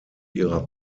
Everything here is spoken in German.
ihrer